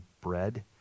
bread